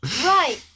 right